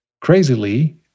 crazily